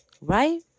right